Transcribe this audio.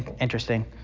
interesting